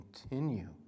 continue